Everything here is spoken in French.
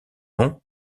nom